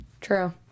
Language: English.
True